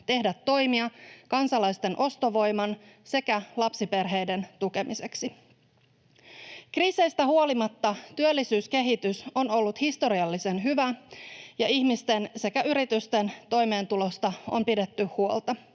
tehdä toimia kansalaisten ostovoiman sekä lapsiperheiden tukemiseksi. Kriiseistä huolimatta työllisyyskehitys on ollut historiallisen hyvä ja ihmisten sekä yritysten toimeentulosta on pidetty huolta.